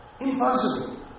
Impossible